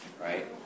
right